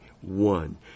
one